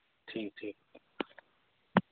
ठीक ठीक